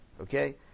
Okay